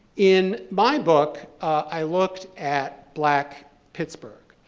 in my book, i looked at black pittsburgh,